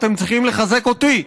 אתם צריכים לחזק אותי,